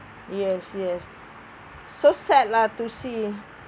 yes yes so sad lah to see